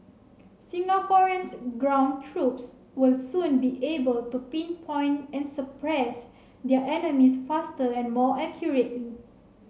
Singapore's ground troops will soon be able to pinpoint and suppress their enemies faster and more accurately